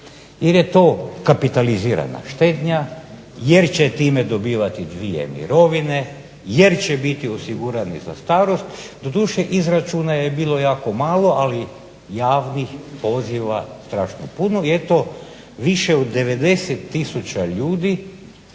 jer je to kapitalizirana štednja, jer će time dobivati dvije mirovine, jer će biti osigurani za starost. Doduše, izračuna je bilo jako malo, ali javnih poziva strašno puno i eto, više od 90 tisuća ljudi